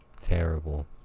Terrible